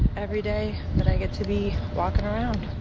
every day that i get to be walking around.